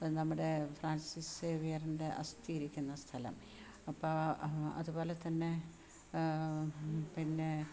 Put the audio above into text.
ഇതു നമ്മുടെ ഫ്രാൻസിസ് സേവിയറിൻ്റെ അസ്ഥി ഇരിക്കുന്ന സ്ഥലം അപ്പോൾ അതുപോലെതന്നെ പിന്നെ